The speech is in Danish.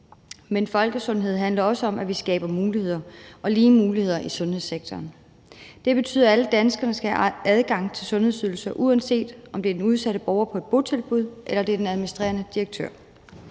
Men folkesundhed handler også om, at vi skaber muligheder – og lige muligheder – i sundhedssektoren. Det betyder, at alle danskere skal have adgang til sundhedsydelser, uanset om det er den udsatte borger på et botilbud, eller det er den administrerende direktør.